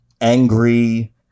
angry